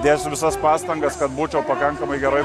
dėsiu visas pastangas kad būčiau pakankamai geroj